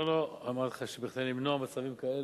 לא לא, אמרתי לך שכדי למנוע מצבים כאלה,